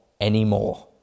anymore